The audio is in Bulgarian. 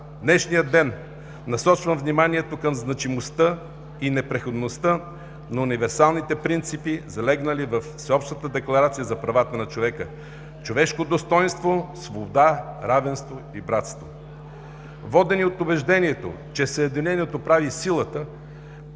днешният ден насочва вниманието към значимостта и непреходността на универсалните принципи, залегнали във Всеобщата декларация за правата на човека – човешко достойнство, свобода, равенство и братство. Водени от убеждението, че „Съединението прави силата“ –